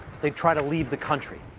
they'd try to leave the country.